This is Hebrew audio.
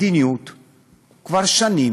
כבר שנים